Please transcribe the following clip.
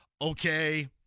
Okay